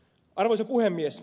arvoisa puhemies